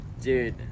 Dude